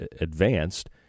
advanced